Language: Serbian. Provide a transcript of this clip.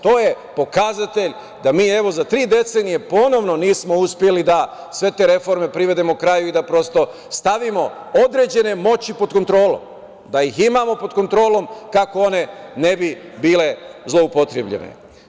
To je pokazatelj da mi, evo, za tri decenije ponovo nismo uspeli da sve te reforme privedemo kraju i da prosto stavimo određene moći pod kontrolu, da ih imamo pod kontrolom kako one ne bi bile zloupotrebljene.